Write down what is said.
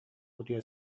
утуйа